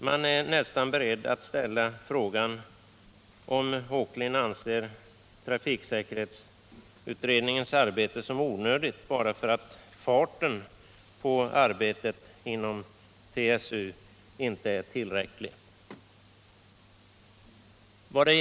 Jag är nästan beredd att ställa frågan huruvida Allan Åkerlind anser trafiksäkerhetsutredningens arbete som onödigt bara därför att arbetet inom utredningen inte går tillräckligt snabbt.